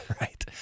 Right